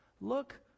look